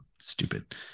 stupid